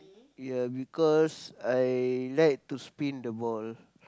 ya because I like to spin the ball